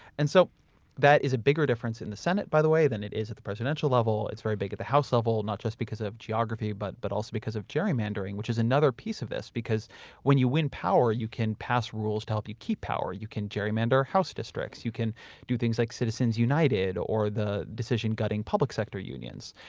and so that is a bigger difference in the senate, by the way, than it is at the presidential level. it's very big at the house level, not just because of geography but but also because of gerrymandering, which is another piece of this because when you win power, you can pass rules to help you keep power. you can gerrymander house districts, you can do things like citizens united or the decision gutting public sector unions.